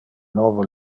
novo